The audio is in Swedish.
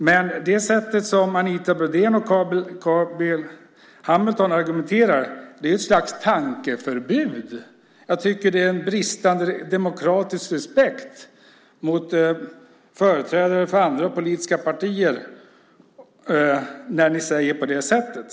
Anita Brodéns och Carl B Hamiltons sätt att argumentera innebär ett slags tankeförbud. Det är en bristande demokratisk respekt mot företrädare för andra politiska partier när ni säger på det sättet.